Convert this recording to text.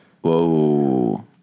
Whoa